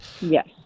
Yes